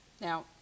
now